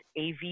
AV